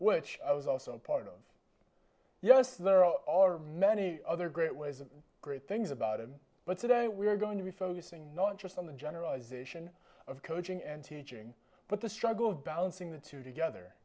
which i was also a part of yes there are many other great ways of great things about it but today we are going to be focusing not just on the generalization of coaching and teaching but the struggle of balancing the two together